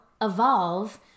evolve